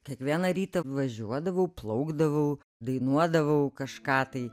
kiekvieną rytą važiuodavau plaukdavau dainuodavau kažką tai